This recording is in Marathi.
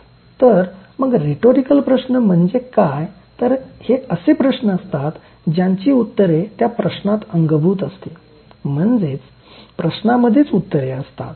तर मग रेटोरीकल प्रश्न म्हणजे काय तर हे असे प्रश्न असतात ज्यांची उत्तरे त्या प्रश्नात अंगभूत असते म्हणजे प्रश्नामधेच उत्तरे असतात